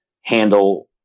handle